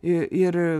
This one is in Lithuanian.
i ir